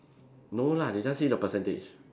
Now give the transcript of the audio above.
no lah they just say the percentage